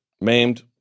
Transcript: maimed